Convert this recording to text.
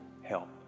help